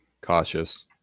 cautious